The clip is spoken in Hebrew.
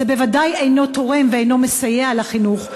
זה בוודאי אינו תורם ואינו מסייע לחינוך,